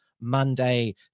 Monday